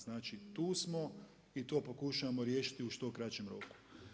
Znači tu smo i to pokušavamo riješiti u što kraćem roku.